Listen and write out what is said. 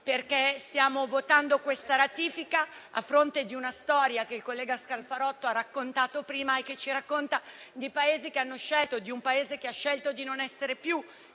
che stiamo votando questa ratifica a fronte di una storia che il collega Scalfarotto ha riportato prima e che ci racconta di un Paese che ha scelto di non essere più